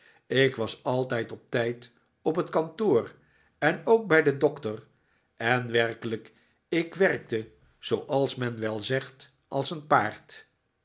ik was altijd op tijd op het kantoor en ook bij den doctor en werkelijk ik werkte zooals men wel zegt als een paard